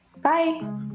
bye